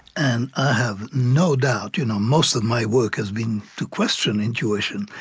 and i have no doubt you know most of my work has been to question intuition,